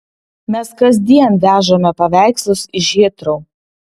mes kasdien vežame paveikslus iš hitrou